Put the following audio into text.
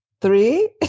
three